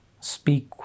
speak